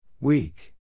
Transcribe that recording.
Weak